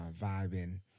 vibing